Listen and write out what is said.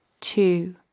Two